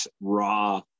raw